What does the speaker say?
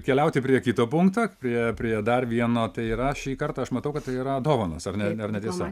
keliauti prie kito punkto prie prie dar vieno tai yra šį kartą aš matau kad tai yra dovanos ar ne ar netiesa